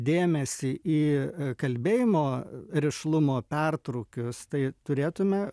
dėmesį į kalbėjimo rišlumo pertrūkius tai turėtume